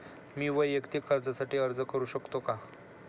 मी वैयक्तिक कर्जासाठी अर्ज करू शकतो का?